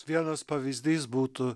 vienas pavyzdys būtų